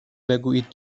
بگویید